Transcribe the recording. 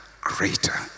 greater